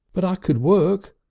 but i could work.